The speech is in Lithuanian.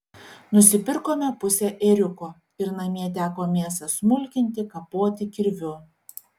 nusipirkome pusę ėriuko ir namie teko mėsą smulkinti kapoti kirviu